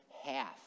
half